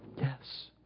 Yes